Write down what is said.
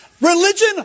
religion